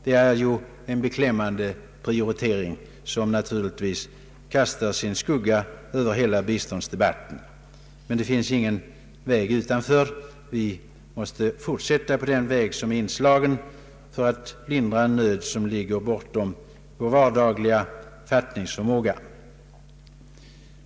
Det är en beklämmande prioritering som kastar en skugga över hela biståndsdebatten. Men det finns för oss inget annat än att fortsätta på den inslagna vägen för att lindra en nöd som ligger bortom vår vardagliga fattningsförmåga.